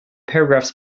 paragraphs